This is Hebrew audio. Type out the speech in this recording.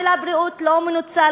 של הבריאות לא מנוצל,